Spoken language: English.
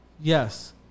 yes